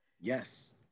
Yes